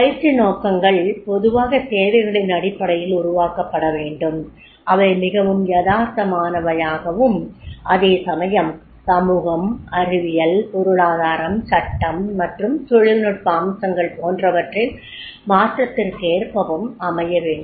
பயிற்சி நோக்கங்கள் பொதுவாக தேவைகளின் அடிப்படையில் உருவாக்கப்பட வேண்டும் அவை மிகவும் யதார்த்தமானவையாகவும் அதே சமயம் சமூகம் அரசியல் பொருளாதாரம் சட்டம் மற்றும் தொழில்நுட்ப அம்சங்கள் போன்றவற்றின் மாற்றத்திற்கேற்பவும் அமைய வேண்டும்